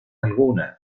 alguna